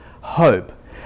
hope